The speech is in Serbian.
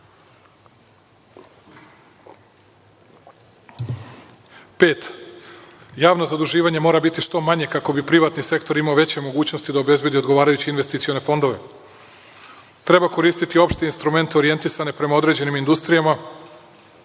– javno zaduživanje mora biti što manje kako bi privatni sektor imao veće mogućnosti da obezbedi odgovarajuće investicione fondove. Treba koristiti opšte instrumente orijentisane prema određenim industrijama,